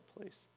place